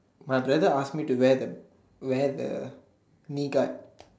my brother ask me to wear the wear the knee guard